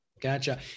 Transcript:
Gotcha